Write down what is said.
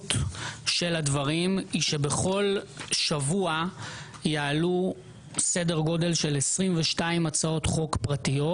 המשמעות של הדברים היא שבכל שבוע יעלו סדר גודל של 22 הצעות חוק פרטיות.